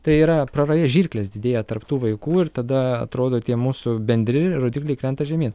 tai yra praraja žirklės didėja tarp tų vaikų ir tada atrodo tie mūsų bendri rodikliai krenta žemyn